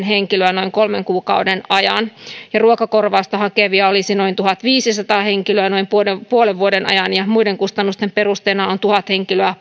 henkilöä noin kolmen kuukauden ajan ruokakorvausta hakevia olisi noin tuhatviisisataa henkilöä noin puolen vuoden ajan ja muiden kustannusten perusteena on tuhat henkilöä